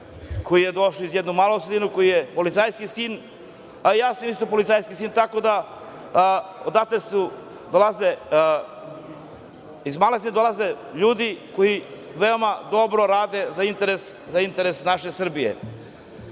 koji je došao iz jedne male sredine, koji je policijski sin, a i ja sam isto policijski sin, tako da iz malih sredina dolaze ljudi koji veoma dobro rade za interes naše Srbije. Tu